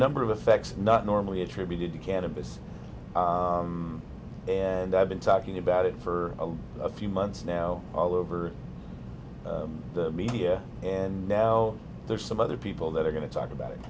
number of effects not normally attributed to cannabis and i've been talking about it for a few months now all over the media and now there's some other people that are going to talk about it